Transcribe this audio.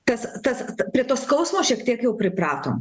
tas tas prie to skausmo šiek tiek jau pripratom